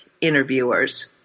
interviewers